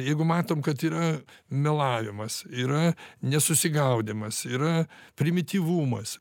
jeigu matom kad yra melavimas yra nesusigaudymas yra primityvumas